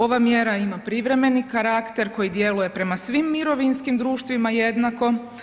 Ova mjera ima privremeni karakter koji djeluje prema svim mirovinskim društvima jednako.